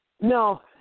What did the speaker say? No